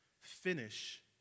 finish